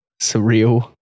surreal